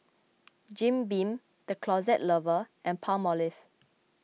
Jim Beam the Closet Lover and Palmolive